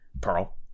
Pearl